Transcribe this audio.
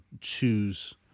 choose